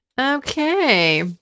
Okay